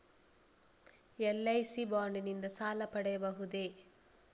LIC bond ನಿಂದ ಸಾಲ ಪಡೆಯಬಹುದೇ?